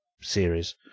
series